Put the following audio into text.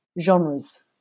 genres